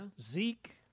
Zeke